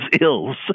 ills